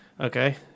okay